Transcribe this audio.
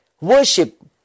Worship